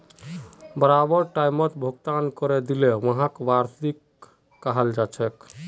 बराबर टाइमत भुगतान करे दिले व्हाक वार्षिकी कहछेक